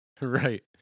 right